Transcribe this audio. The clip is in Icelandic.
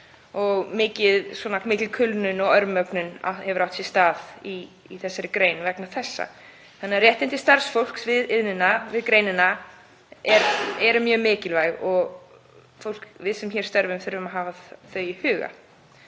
og mikil kulnun og örmögnun hefur átt sér stað í greininni vegna þess. Réttindi starfsfólks í greininni eru því mjög mikilvæg og við sem hér störfum þurfum að hafa það í huga.